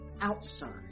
outside